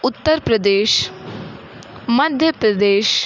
Uttar Pradesh Madhya Pradesh